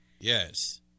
Yes